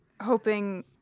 hoping